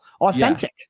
authentic